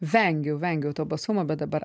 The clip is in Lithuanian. vengiau vengiau to basumo bet dabar